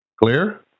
Clear